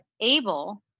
able